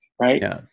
right